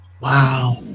Wow